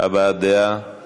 דברים פשוטים: כבישים